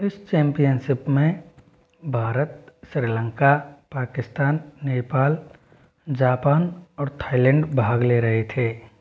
इस चैम्पियनसिप में भारत श्रीलन्का पाकिस्तान नेपाल जापान और थाईलैंड भाग ले रहे थे